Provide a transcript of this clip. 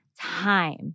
time